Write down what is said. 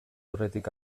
aurretik